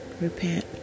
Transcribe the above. Repent